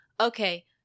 Okay